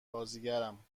بازیگرم